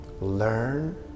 Learn